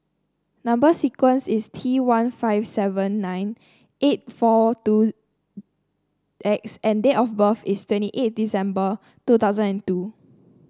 number sequence is T one five seven nine eight four two X and date of birth is twenty eight December two thousand and two